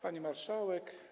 Pani Marszałek!